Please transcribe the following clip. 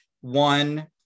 One